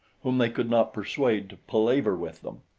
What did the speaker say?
whom they could not persuade to palaver with them.